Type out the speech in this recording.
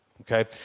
Okay